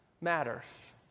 matters